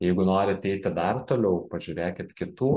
jeigu norit eiti dar toliau pažiūrėkit kitų